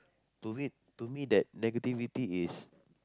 to me to me that negativity is